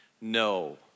No